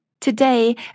Today